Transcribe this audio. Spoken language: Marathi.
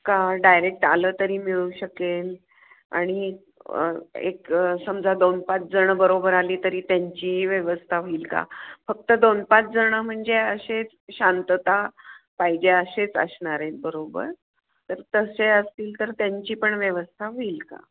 का डायरेक्ट आलं तरी मिळू शकेल आणि एक समजा दोन पाच जण बरोबर आली तरी त्यांची व्यवस्था होईल का फक्त दोन पाच जण म्हणजे असेच शांतता पाहिजे असेच असणार आहेत बरोबर तर तसे असतील तर त्यांची पण व्यवस्था होईल का